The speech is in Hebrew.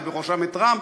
ובראשם את רם,